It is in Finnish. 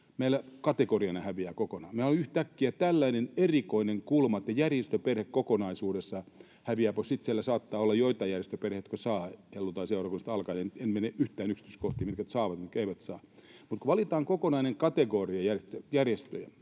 meiltä kategoriana häviää kokonaan. Meillä on yhtäkkiä tällainen erikoinen kulma, että järjestöperhe kokonaisuudessaan häviää pois. Sitten siellä saattaa olla joitain järjestöperheitä, jotka saavat, helluntaiseurakunnista alkaen. En mene yhtään yksityiskohtiin, mitkä saavat, mitkä eivät saa. Mutta kun valitaan kokonainen kategoria järjestöjä